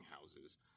houses